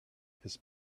his